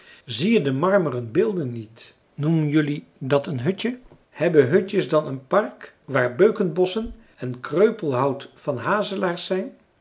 zie je de marmeren beelden niet noem jelui dit een hutje hebben hutjes dan een park waar beukenbosschen en kreupelhout van hazelaars zijn